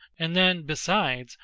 and then, besides,